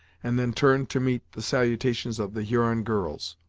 and then turned to meet the salutations of the huron girls,